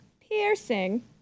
Piercing